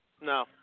no